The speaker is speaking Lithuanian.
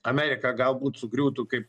amerika galbūt sugriūtų kaip